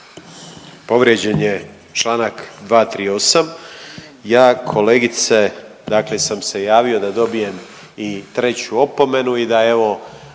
Povrijeđen je članak 238. Ja kolegice dakle sam se javio da dobijem i treću opomenu i da evo